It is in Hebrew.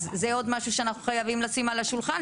אז זה עוד משהו שאנחנו חייבים לשים על השולחן,